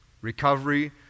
Recovery